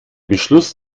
beschluss